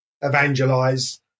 evangelize